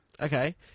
Okay